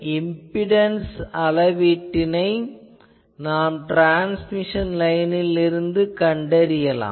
impedance அளவீட்டை நாம் transmission லைனில் இருந்து கண்டறியலாம்